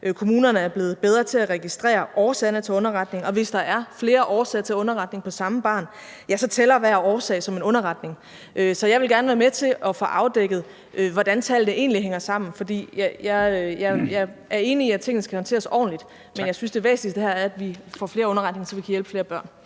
kommunerne er blevet bedre til at registrere årsagerne til underretning, og hvis der er flere årsager til underretning på samme barn, tæller hver årsag som en underretning. Så jeg vil gerne være med til at få afdækket, hvordan tallene egentlig hænger sammen. Jeg er enig i, at tingene skal håndteres ordentligt, men det væsentligste er, at vi får flere underretninger, så vi kan hjælpe flere børn.